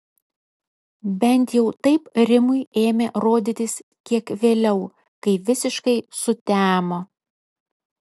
bent jau taip rimui ėmė rodytis kiek vėliau kai visiškai sutemo